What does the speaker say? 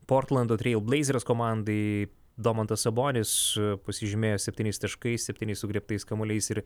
portlando treil bleizers komandai domantas sabonis pasižymėjo septyniais taškais septyniais sugriebtais kamuoliais ir